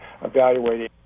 evaluating